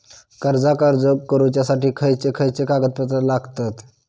कर्जाक अर्ज करुच्यासाठी खयचे खयचे कागदपत्र लागतत